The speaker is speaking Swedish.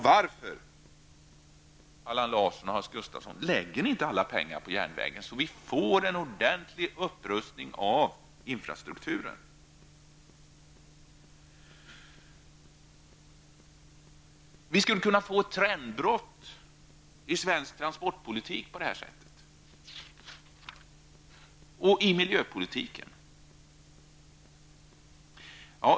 Varför, Allan Larsson och Hans Gustafsson, läggs inte alla pengar på järnvägen så att det blir en ordentlig upprustning av infrastrukturen? Det skulle kunna bli ett trendbrott i svensk transportpolitik och i miljöpolitiken.